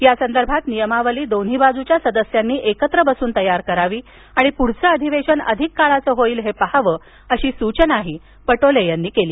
या संदर्भात नियमावली दोन्ही बाजूच्या सदस्यांनी एकत्र बसून तयार करावी आणि पुढील अधिवेशन अधिक काळाचे होईल हे पहावे अशी सूचना अध्यक्षांनी केली